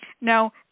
Now